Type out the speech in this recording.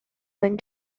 going